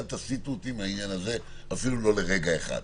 אל תסיטו אותי מהעניין הזה אפילו לא לרגע אחד.